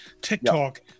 TikTok